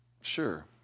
sure